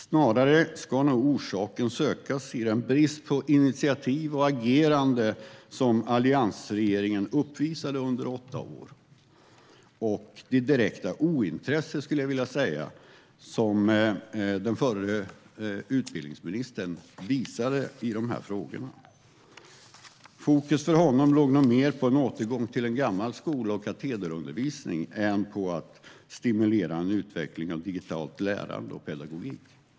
Snarare ska nog orsaken sökas i den brist på initiativ och agerande som alliansregeringen uppvisade i åtta år - och i det direkta ointresse, skulle jag vilja säga, som den förre utbildningsministern visade i dessa frågor. Fokus för honom låg nog mer på en återgång till en gammal skola och katederundervisning än på att stimulera en utveckling av digitalt lärande och pedagogik.